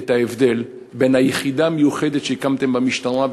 את ההבדל בין היחידה המיוחדת שהקמתם במשטרה,